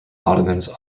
ottomans